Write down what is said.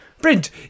Brent